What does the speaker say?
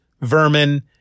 Vermin